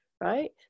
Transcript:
right